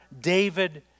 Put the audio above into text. David